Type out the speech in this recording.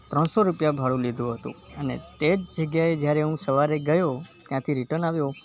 ત્રણસો રૂપિયા ભાડું લીધું હતું અને તે જ જગ્યાએ જ્યારે હું સવારે ગયો ત્યાંથી રિટર્ન આવ્યો